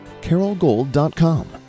carolgold.com